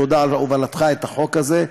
תודה על הובלתך את החוק הזה,